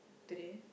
today